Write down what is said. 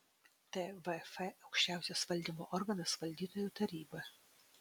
tvf aukščiausias valdymo organas valdytojų taryba